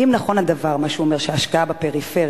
אם נכון הדבר, מה שהוא אומר, שההשקעה בפריפריה